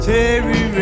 Terry